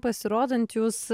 pasirodant jūs